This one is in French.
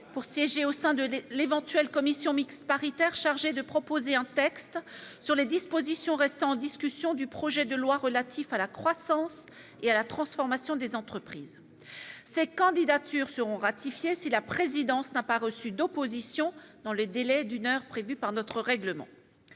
pour siéger au sein de l'éventuelle commission mixte paritaire chargée de proposer un texte sur les dispositions restant en discussion du projet de loi relatif à la croissance et la transformation des entreprises. Ces candidatures seront ratifiées si la présidence n'a pas reçu d'opposition dans le délai d'une heure prévu par notre règlement.